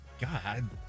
God